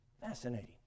Fascinating